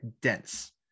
dense